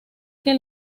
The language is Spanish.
que